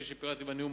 כפי שפירטתי בנאום,